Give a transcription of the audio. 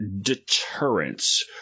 deterrence